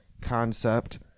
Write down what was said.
concept